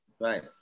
Right